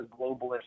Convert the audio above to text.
globalist